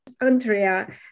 Andrea